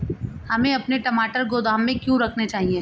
हमें अपने टमाटर गोदाम में क्यों रखने चाहिए?